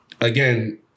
again